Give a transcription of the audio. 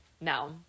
now